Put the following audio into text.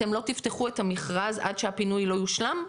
אתם לא תפתחו את המכרז עד שהפינוי לא יושלם?